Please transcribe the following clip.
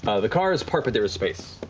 ah the car is parked, but there is space.